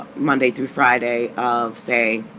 monday through friday of, say,